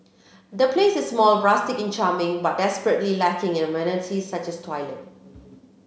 the place is small rustic and charming but desperately lacking in amenities such as a toilet